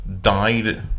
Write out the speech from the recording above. died